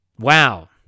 Wow